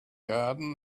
garden